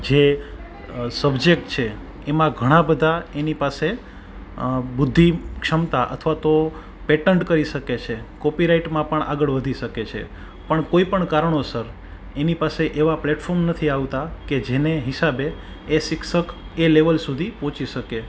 જે સબ્જેક્ટ છે એમાં ઘણાં બધાં એની પાસે બુદ્ધિ ક્ષમતા અથવા તો પેટન્ટ કઈ શકે છે કોપી રાઈટમાં પણ આગળ વધી શકે છે પણ કોઈપણ કારણોસર એની પાસે એવા પ્લેટફોર્મ નથી આવતા કે જેને હિસાબે એ શિક્ષક એ લેવલ સુધી પોચી શકે